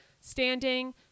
standing